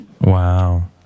Wow